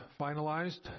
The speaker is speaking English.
finalized